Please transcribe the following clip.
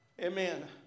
Amen